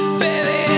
baby